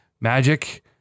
Magic